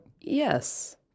Yes